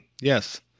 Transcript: Yes